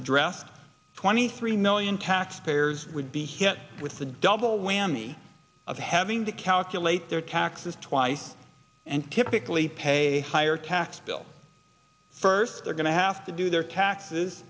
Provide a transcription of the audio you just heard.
addressed twenty three million taxpayers would be hit with the double whammy of having to calculate their taxes twice and typically pay a higher tax bill first they're going to have to do their taxes